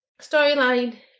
Storyline